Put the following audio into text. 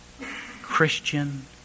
Christian